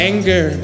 Anger